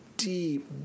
deep